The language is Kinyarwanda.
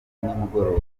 nimugoroba